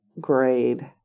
grade